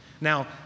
Now